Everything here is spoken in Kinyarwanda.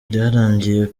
byarangiye